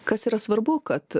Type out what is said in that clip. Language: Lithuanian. kas yra svarbu kad